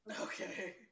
Okay